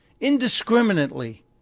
indiscriminately